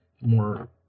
more